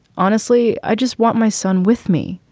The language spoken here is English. honestly, i just want my son with me.